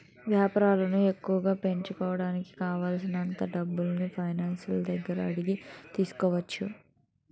వేపారాలను ఎక్కువగా పెంచుకోడానికి కావాలిసినంత డబ్బుల్ని ఫైనాన్సర్ల దగ్గర అడిగి తీసుకోవచ్చు